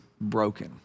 broken